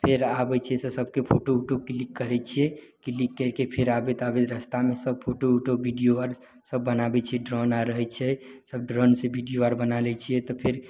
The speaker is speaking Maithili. फेर आबय छियै तऽ सबके फोटो उटो क्लिक करय छियै क्लिक करिके फेर आबैत आबैत रस्तामे सब फोटो उटो वीडियो आर सब बनाबय छियै ड्रोन आर रहय छै सब ड्रोनके वीडियो आर बना लै छियै तऽ फेर